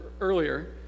earlier